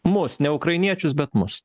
mus ne ukrainiečius bet mus